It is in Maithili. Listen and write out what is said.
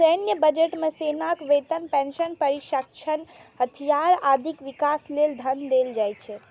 सैन्य बजट मे सेनाक वेतन, पेंशन, प्रशिक्षण, हथियार, आदिक विकास लेल धन देल जाइ छै